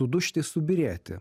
sudužti subyrėti